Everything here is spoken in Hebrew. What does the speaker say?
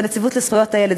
זה נציבות לזכויות הילד,